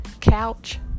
couch